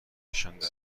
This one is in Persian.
کشانده